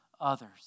others